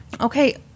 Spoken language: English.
Okay